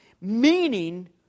meaning